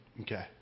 Okay